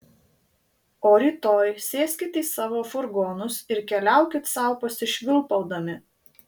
o rytoj sėskit į savo furgonus ir keliaukit sau pasišvilpaudami